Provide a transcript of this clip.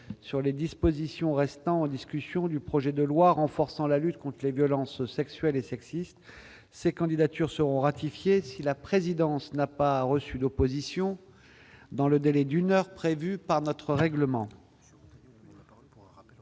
sur les dispositions restant en discussion du projet de loi renforçant la lutte contre les violences sexuelles et sexistes. Ces candidatures seront ratifiées si la présidence n'a pas reçu d'opposition dans le délai d'une heure prévu par notre règlement.